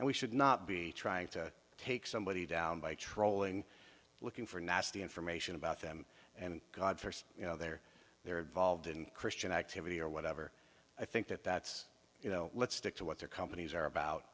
and we should not be trying to take somebody down by trolling looking for nasty information about them and god first you know they're they're volved in christian activity or whatever i think that that's you know let's stick to what their companies are